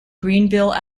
greenville